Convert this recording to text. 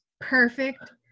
perfect